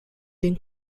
den